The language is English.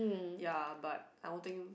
ya but I don't think